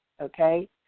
okay